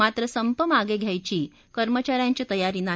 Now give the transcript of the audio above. मात्र संप मागे ध्यायची कर्मचा यांची तयारी नाही